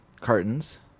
cartons